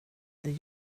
det